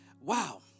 Wow